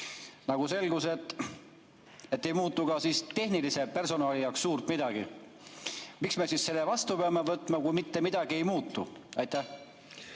Nagu selgus, ei muutu ka tehnilise personali jaoks suurt midagi. Miks me siis selle vastu peame võtma, kui mitte midagi ei muutu? Aitäh,